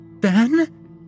Ben